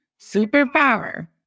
Superpower